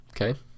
Okay